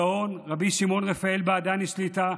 הגאון רבי שמעון רפאל בעדני שליט"א,